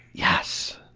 yes!